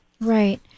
Right